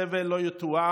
הסבל לא יתואר.